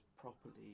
properly